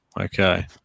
Okay